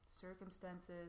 circumstances